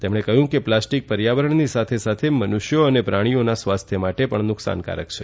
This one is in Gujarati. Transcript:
તેમણે કહ્યું કે પ્લાસ્ટીક પર્યાવરણની સાથે સાથે મનુષ્યો અને પ્રાણીઓના સ્વાસ્થ્ય માટે પણ નુકસાનકારક હોય છે